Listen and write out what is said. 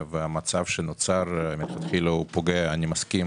המצב שנוצר מלכתחילה פוגע אני מסכים